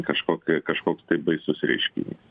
kažkokioj kažkoks tai baisus reiškinys